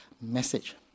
message